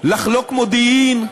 לחלוק מודיעין,